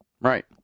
Right